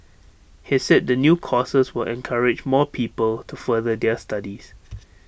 he said the new courses will encourage more people to further their studies